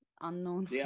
unknown